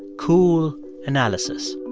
cool analysis